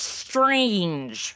strange